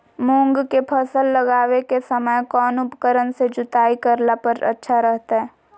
मूंग के फसल लगावे के समय कौन उपकरण से जुताई करला पर अच्छा रहतय?